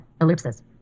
Ellipsis